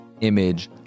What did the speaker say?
image